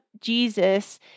Jesus